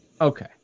Okay